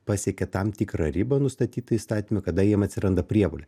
pasiekia tam tikrą ribą nustatytą įstatyme kada jiem atsiranda prievolė